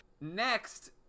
Next